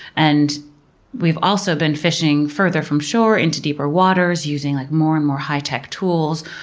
and we've also been fishing further from shore into deeper waters using like more and more high-tech tools.